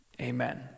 Amen